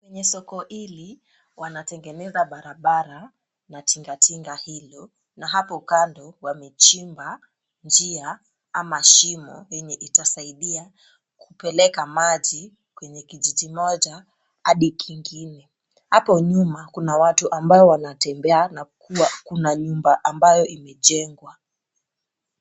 Kwenye soko hili wanatengeneza barabara na tingatinga hilo na hapo kando wamechimba njia ama shimo yenye itasaidia kupeleka maji kwenye kijiji moja hadi kingine. Hapo nyuma kuna watu ambao wanatembea na kuwa kuna nyumba ambayo imejengwa.